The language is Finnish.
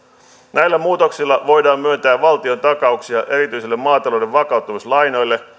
näillä muutoksilla voidaan myöntää valtiontakauksia erityisille maatalouden vakauttamislainoille